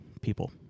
People